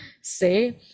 say